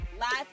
Last